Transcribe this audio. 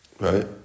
Right